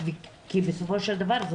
כי בסופו של דבר,